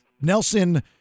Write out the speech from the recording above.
Nelson